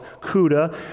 Cuda